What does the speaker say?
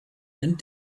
and